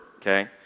okay